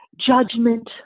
judgment